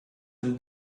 and